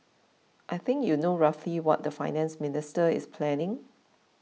I think you know roughly what the Finance Minister is planning